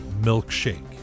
Milkshake